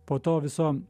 po to viso